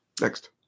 Next